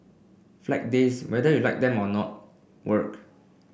Flag Days whether you like them or not work